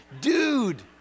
dude